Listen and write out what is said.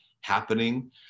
happening